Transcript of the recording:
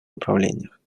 направлениях